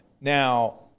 now